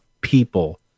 people